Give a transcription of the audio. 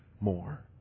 more